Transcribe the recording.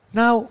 now